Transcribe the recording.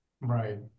Right